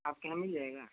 आपके यहाँ मिल जाएगा